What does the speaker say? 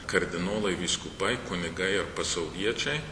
kardinolai vyskupai kunigai ar pasauliečiai